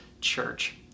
church